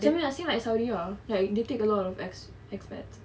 same lah same like saudi like they take a lot of ex~ expats